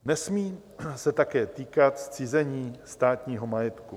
Nesmí se také týkat zcizení státního majetku.